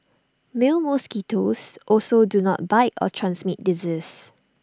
male mosquitoes also do not bite or transmit disease